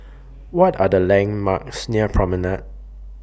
What Are The landmarks near Promenade